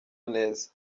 neza